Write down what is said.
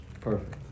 Perfect